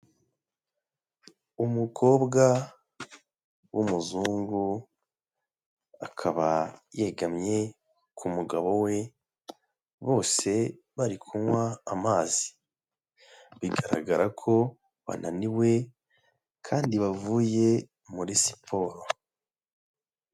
Umukobwa w'umuzungu, akaba yegamye ku mugabo we, bose bari kunywa amazi, bigaragara ko bananiwe kandi bavuye muri siporo.